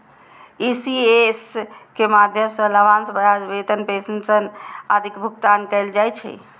ECS के माध्यम सं लाभांश, ब्याज, वेतन, पेंशन आदिक भुगतान कैल जाइ छै